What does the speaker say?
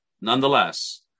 nonetheless